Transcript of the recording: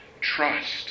trust